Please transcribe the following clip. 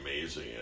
amazing